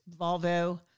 Volvo